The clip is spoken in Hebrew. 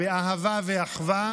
באהבה ואחווה,